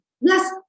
Yes